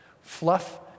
Fluff